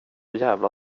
jävla